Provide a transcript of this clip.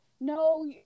no